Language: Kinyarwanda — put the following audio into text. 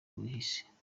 bihishe